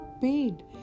paid